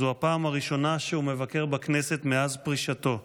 זו הפעם הראשונה שהוא מבקר בכנסת מאז פרישתו.